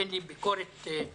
אין לי ביקורת על